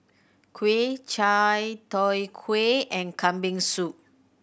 kuih Chai Tow Kuay and Kambing Soup